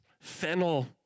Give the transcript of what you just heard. fennel